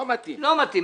לא מתאים.